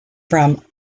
from